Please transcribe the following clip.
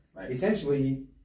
essentially